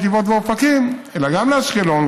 נתיבות ואופקים אלא גם לאשקלון,